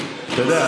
אתה יודע,